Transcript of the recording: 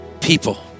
people